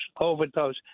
overdose